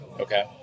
Okay